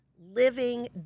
living